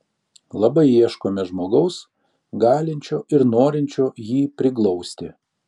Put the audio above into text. labai ieškome žmogaus galinčio ir norinčio jį priglausti